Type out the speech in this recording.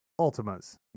Ultimas